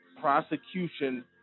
prosecution